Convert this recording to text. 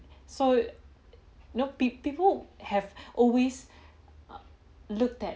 so no pe~ people have always looked at